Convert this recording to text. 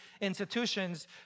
institutions